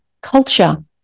culture